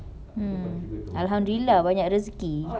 mm alhamdulillah banyak rezeki